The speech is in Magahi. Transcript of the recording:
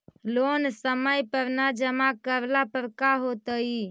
लोन समय पर न जमा करला पर का होतइ?